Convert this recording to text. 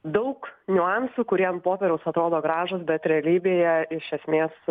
daug niuansų kurie ant popieriaus atrodo gražūs bet realybėje iš esmės